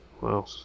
Wow